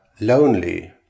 lonely